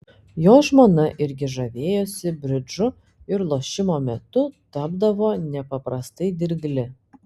jo žmona irgi žavėjosi bridžu ir lošimo metu tapdavo nepaprastai dirgli